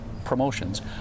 promotions